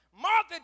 Martha